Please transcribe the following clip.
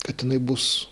kad jinai bus